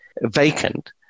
vacant